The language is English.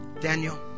Daniel